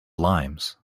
limes